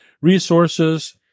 Resources